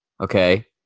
okay